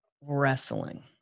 wrestling